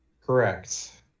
Correct